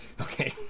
Okay